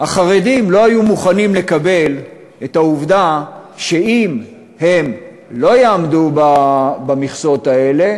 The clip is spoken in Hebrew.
החרדים לא היו מוכנים לקבל את העובדה שאם הם לא יעמדו במכסות האלה,